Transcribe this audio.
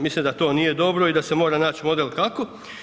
Mislim da to nije dobro i da se mora naći model kako.